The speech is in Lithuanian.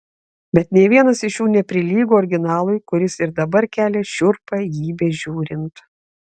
bet nė vienas iš jų neprilygo originalui kuris ir dabar kelia šiurpią jį bežiūrint